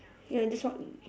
you know just walk